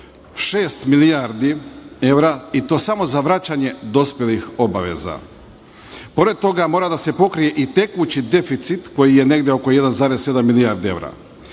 milijardi evra, i to samo za vraćanje dospelih obaveza. Pored toga mora da se pokrije i tekući deficit koji je negde oko 1,7 milijardi